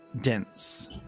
dense